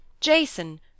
Jason